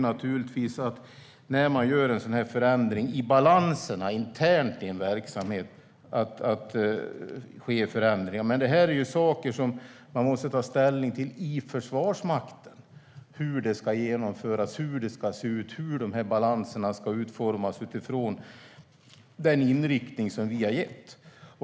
När man gör en sådan förändring i balanserna internt i en verksamhet kommer det att ske förändringar. Men det är saker som man måste ta ställning till i Försvarsmakten. Det handlar om hur det ska genomföras, hur det ska se ut och hur balanserna ska utformas utifrån den inriktning som vi har gett.